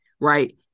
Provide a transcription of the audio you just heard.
right